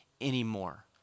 anymore